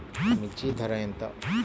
మిర్చి ధర ఎంత?